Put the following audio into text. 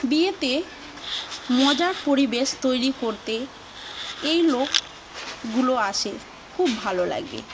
বিয়েতে মজার পরিবেশ তৈরি করতে এই লোকগুলো আসে খুব ভালো লাগে